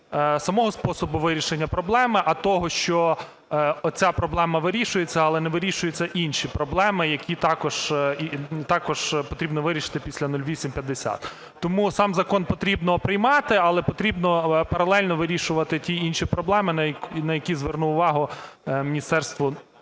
самого способу вирішення проблеми, а такого, що оця проблема вирішується, але не вирішуються інші проблеми, які також потрібно вирішити після 0850. Тому сам закон потрібно приймати. Але потрібно паралельно вирішувати ті і інші проблеми, на які звернуло увагу Міністерство